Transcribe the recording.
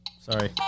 sorry